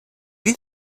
you